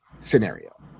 scenario